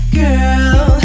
girl